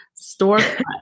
storefront